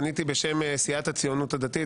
פניתי בשם סיעת הציונות הדתית,